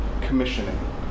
commissioning